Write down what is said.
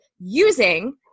using